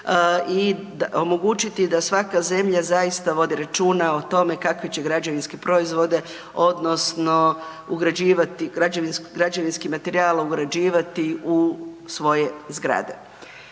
i omogućiti da svaka zemlja zaista vodi računa o tome kakvi će građevinski proizvode odnosno ugrađivati, građevinski materijal ugrađivati u svoje zgrade.